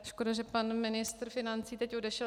Škoda, že pan ministr financí teď odešel.